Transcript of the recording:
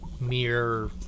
mere